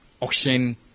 auction